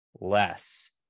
less